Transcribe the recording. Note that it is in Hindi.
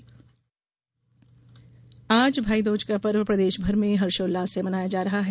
भाईदूज आज भाईदूज का पर्व प्रदेश भर में हर्षोल्लास से मनाया जा रहा है